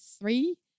three